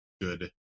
good